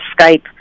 Skype